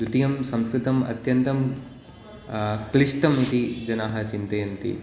द्वितीयं संस्कृतम् अत्यन्तं क्लिष्टं इति जनाः चिन्तयन्ति